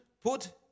put